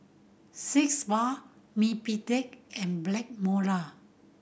six Bath Mepilex and Blackmore La